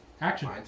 action